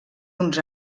uns